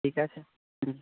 ঠিক আছে হুম